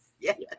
Yes